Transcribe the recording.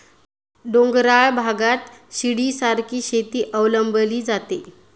डोंगराळ भागात शिडीसारखी शेती अवलंबली जाते